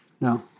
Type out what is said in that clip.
No